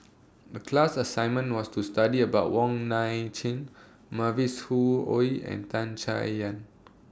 The class assignment was to study about Wong Nai Chin Mavis Khoo Oei and Tan Chay Yan